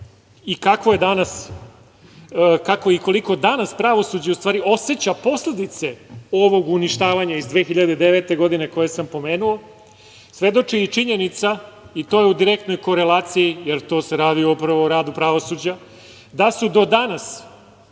i preminulo. Kako i koliko danas pravosuđe oseća posledice ovog uništavanja iz 2009. godine koje sam pomenuo, svedoči i činjenica i to je u direktnoj korelaciji, jer to se radi upravo o radu pravosuđa, da su do danas